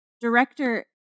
Director